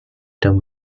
done